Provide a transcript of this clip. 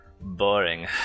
boring